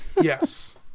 yes